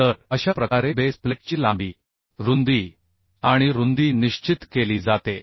तर अशा प्रकारे बेस प्लेटची लांबी रुंदी आणि रुंदी निश्चित केली जाते